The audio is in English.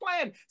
plan